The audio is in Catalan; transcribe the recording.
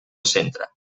centre